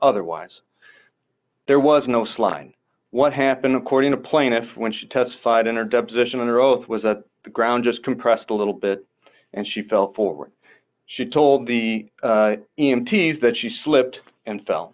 otherwise there was no slime what happened according to plaintiff when she testified in her deposition under oath was that the ground just compressed a little bit and she fell forward she told the empty is that she slipped and fell